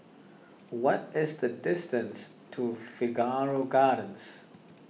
what is the distance to Figaro Gardens